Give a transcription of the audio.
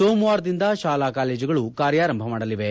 ಸೋಮವಾರದಿಂದ ಶಾಲಾ ಕಾಲೇಜುಗಳು ಕಾರ್ಯಾರಂಭ ಮಾಡಲಿವೆ